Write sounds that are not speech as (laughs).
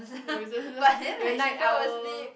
your resista~ (laughs) your Night Owl